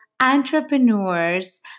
entrepreneurs